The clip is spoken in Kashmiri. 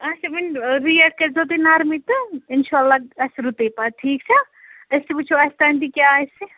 اَچھا وٕنۍ ریٹ کٔرۍزیو تُہۍ نرمٕے تہٕ اِنشاء اللہ آسہِ رُتٕے پتہٕ ٹھیٖک چھا أسۍ تہِ وٕچھو اَسہِ تام تہِ کیٛاہ آسہِ